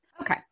Okay